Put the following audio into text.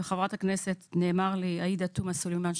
וחברת הכנסת עאידה תומא-סלימאן,